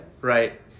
Right